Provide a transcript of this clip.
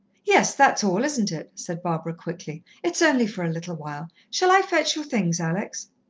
yes, that's all, isn't it? said barbara quickly. it's only for a little while. shall i fetch your things, alex?